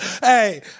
hey